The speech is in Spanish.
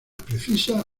precisa